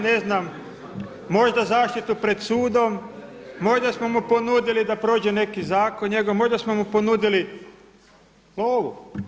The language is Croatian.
Ne znam možda zaštitu pred sudom, možda smo mu ponudili da prođe neki zakon njegov, možda smo mu ponudili lovu.